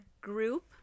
group